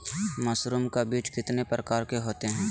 Mushroom का बीज कितने प्रकार के होते है?